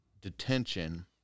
detention